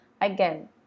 Again